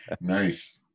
Nice